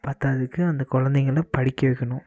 பற்றாததுக்கு அந்த குழந்தைங்கள படிக்க வைக்கணும்